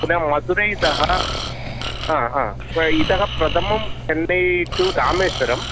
पुनः मधुरै तः हा हा इतः प्रथमं चन्नै टु रामेश्वरं